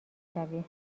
شوی